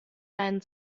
deinen